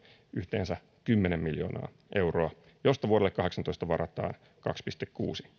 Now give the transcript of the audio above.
yhteensä kymmenen miljoonaa euroa mistä vuodelle kaksituhattakahdeksantoista varataan kaksi pilkku kuusi miljoonaa